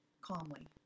calmly